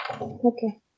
Okay